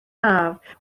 haf